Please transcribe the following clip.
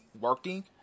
working